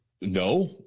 no